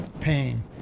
pain